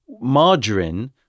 Margarine